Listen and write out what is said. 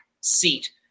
seat